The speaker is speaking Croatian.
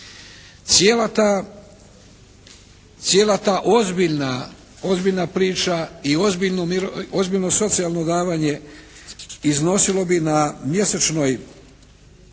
Cijela ta ozbiljna priča i ozbiljno socijalno davanje iznosilo bi na mjesečnoj